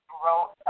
wrote